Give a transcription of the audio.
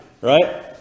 right